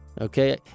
Okay